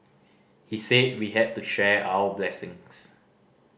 he said we had to share our blessings